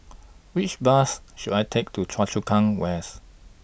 Which Bus should I Take to Choa Chu Kang West